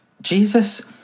jesus